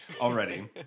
already